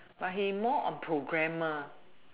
but he more on programmer